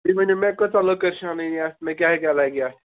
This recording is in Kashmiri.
تُہۍ ؤنِو مےٚ کٲژاہ لٔکٕر چھِ انٕنۍ یتھ مےٚ کیٛاہ کیٛاہ لگہِ اَتھ